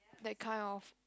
that kind of